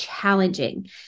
challenging